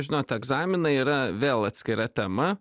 žinote egzaminai yra vėl atskira tema